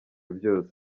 byose